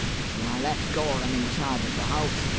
so i left gorham in charge of the house,